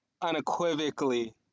unequivocally